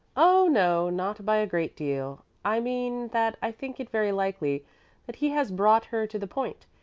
oh no not by a great deal. i mean that i think it very likely that he has brought her to the point.